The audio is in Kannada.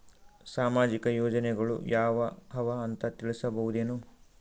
ಸಾಮಾಜಿಕ ಯೋಜನೆಗಳು ಯಾವ ಅವ ಅಂತ ತಿಳಸಬಹುದೇನು?